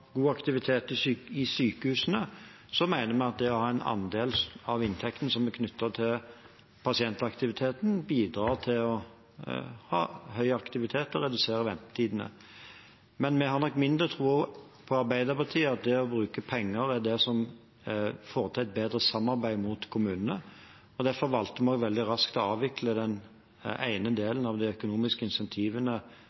god aktivitet i sykehusene, mener vi at det å ha en andel av inntekten som er knyttet til pasientaktiviteten, bidrar til høy aktivitet og til å redusere ventetidene. Men vi har nok mindre tro enn Arbeiderpartiet på at det å bruke penger er det som får til et bedre samarbeid mot kommunene. Derfor valgte vi veldig raskt å avvikle den ene delen av de